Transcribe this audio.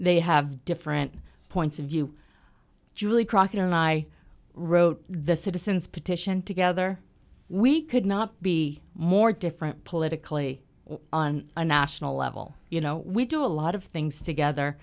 they have different points of view julie crockett and i wrote the citizens petition together we could not be more different politically on a national level you know we do a lot of things together